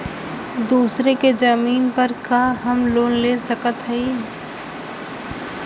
दूसरे के जमीन पर का हम लोन ले सकत हई?